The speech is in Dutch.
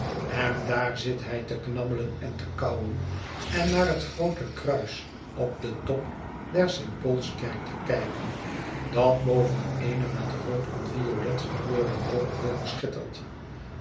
en daar zit hij te knabbelen en te kauwen en naar het groote kruis op den top der st paulskerk te kijken dat boven eene met rood en violet gekleurde rookwolk schittert